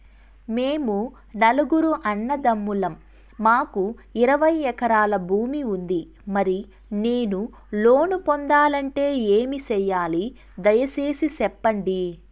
మేము నలుగురు అన్నదమ్ములం మాకు ఇరవై ఎకరాల భూమి ఉంది, మరి నేను లోను పొందాలంటే ఏమి సెయ్యాలి? దయసేసి సెప్పండి?